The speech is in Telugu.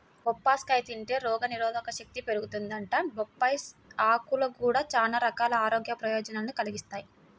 బొప్పాస్కాయ తింటే రోగనిరోధకశక్తి పెరిగిద్దంట, బొప్పాయ్ ఆకులు గూడా చానా రకాల ఆరోగ్య ప్రయోజనాల్ని కలిగిత్తయ్